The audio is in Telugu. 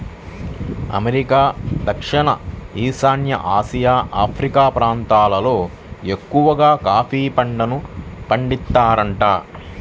అమెరికా, దక్షిణ ఈశాన్య ఆసియా, ఆఫ్రికా ప్రాంతాలల్లో ఎక్కవగా కాఫీ పంటను పండిత్తారంట